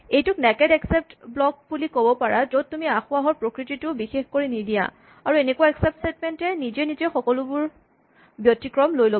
এইটোক naked except block বুলিব পাৰা য'ত তুমি আসোঁৱাহৰ প্ৰকৃতিটো বিশেষ কৰি নিদিয়া আৰু এনেকুৱা এক্সচেপ্ট স্টেটমেন্ট এ নিজে নিজে সকলোবোৰ ব্যতিক্ৰম লৈ ল'ব